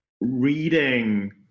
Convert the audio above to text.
reading